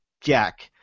Jack